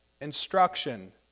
instruction